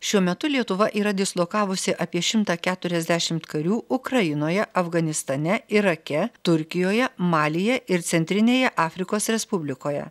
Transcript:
šiuo metu lietuva yra dislokavusi apie šimtą keturiasdešimt karių ukrainoje afganistane irake turkijoje malyje ir centrinėje afrikos respublikoje